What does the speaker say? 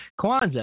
Kwanzaa